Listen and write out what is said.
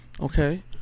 Okay